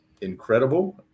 incredible